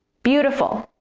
beautiful,